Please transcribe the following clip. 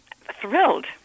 thrilled